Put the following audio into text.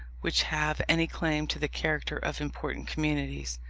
which have any claim to the character of important communities.